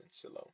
Shalom